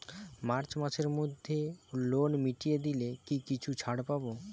March মাসের মধ্যে loan মিটিয়ে দিলে কি কিছু ছাড় পাব?